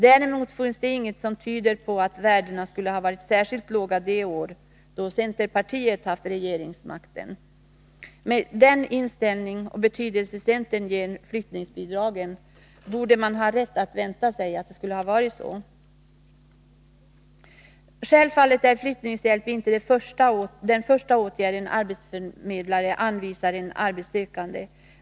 Däremot finns det inget som tyder på att värdena skulle ha varit särskilt låga de år då centerpartiet haft regeringsmakten. Med den inställning och betydelse centern ger flyttningsbidragen, borde man ha rätt att vänta sig att det skulle ha varit så. Självfallet är flyttningshjälp inte den första åtgärd en arbetsförmedlare vidtar för att hjälpa en arbetssökande.